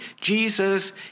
Jesus